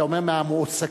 אתה אומר: מהמועסקים.